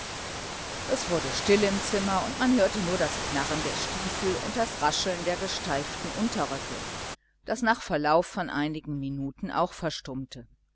es wurde still im zimmer und man hörte nur das knarren der stiefel und das rascheln der gesteiften unterröcke das nach verlauf von einigen minuten auch verstummte